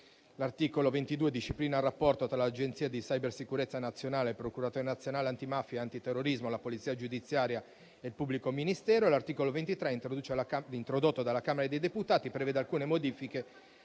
L'articolo 22 disciplina il rapporto tra l'Agenzia di cybersicurezza nazionale, il procuratore nazionale antimafia e antiterrorismo, la polizia giudiziaria e il pubblico ministero. L'articolo 23, introdotto dalla Camera dei deputati, prevede alcune modifiche